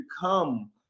become